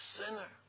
sinner